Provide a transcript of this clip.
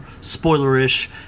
spoiler-ish